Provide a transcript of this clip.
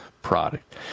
product